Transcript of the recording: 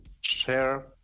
share